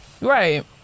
right